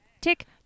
Tick